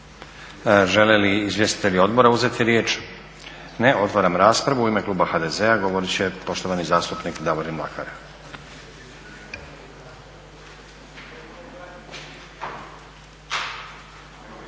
Žele li izvjestitelji odbora uzeti riječ? Ne. Otvaram raspravu. U ime kluba HDZ-a govorit će poštovani zastupnik Davorin Mlakar.